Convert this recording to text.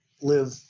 live